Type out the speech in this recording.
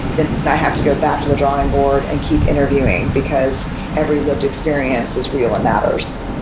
then i have to go back to the drawing board and keep interviewing, because every lived experience is real and matters.